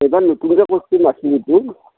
এইবাৰ নতুনকৈ কৰিছোঁ মাচুৰীটো